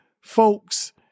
folks